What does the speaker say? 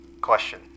question